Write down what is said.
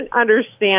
understand